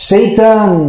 Satan